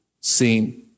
seen